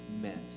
meant